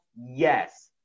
Yes